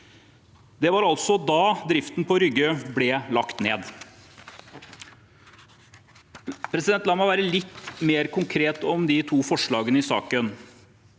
Det var altså da driften på Rygge ble lagt ned. La meg være litt mer konkret om de to forslagene i saken.